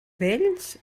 vells